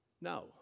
No